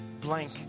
blank